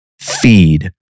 Feed